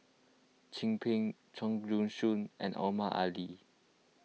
Chin Peng Chua Joon Siang and Omar Ali